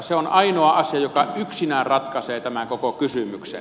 se on ainoa asia joka yksinään ratkaisee tämän koko kysymyksen